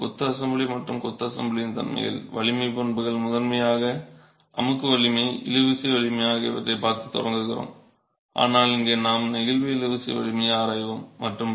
நாங்கள் இப்போது கொத்து அசெம்பிளி மற்றும் கொத்து அசெம்பிளியின் தன்மைகள் வலிமை பண்புகள் முதன்மையாக அமுக்கு வலிமை இழுவிசை வலிமை ஆகியவற்றைப் பார்க்கத் தொடங்குகிறோம் ஆனால் இங்கே நாம் நெகிழ்வு இழுவிசை வலிமையை ஆராய்வோம்